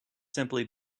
simply